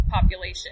population